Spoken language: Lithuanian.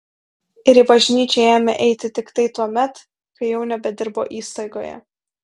ir į bažnyčią ėmė eiti tiktai tuomet kai jau nebedirbo įstaigoje